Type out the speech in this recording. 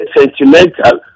sentimental